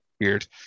weird